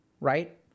right